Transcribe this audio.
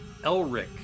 Elric